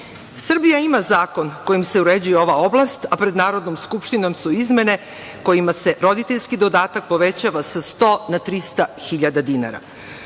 SDPS.Srbija ima zakon kojim se uređuje ova oblast, a pred Narodnom skupštinom su izmene kojima se roditeljski dodatak povećava sa 100 na 300 hiljada dinara. Ovim